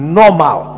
normal